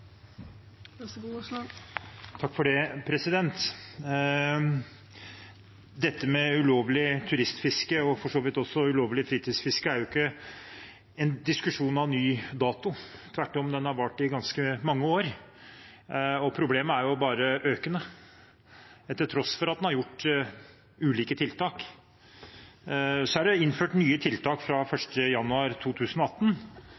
for så vidt også ulovlig fritidsfiske er ikke en diskusjon av ny dato, tvert om har den vart i ganske mange år. Problemet er bare økende, til tross for at en har gjort ulike tiltak. Det er innført nye tiltak